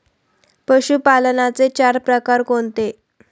पशुपालनाचे चार प्रकार कोणते?